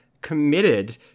committed